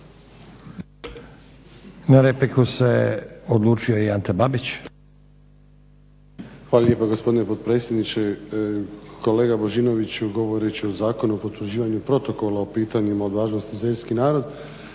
Na repliku se odlučuje i Ante Babić.